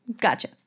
Gotcha